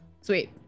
sweet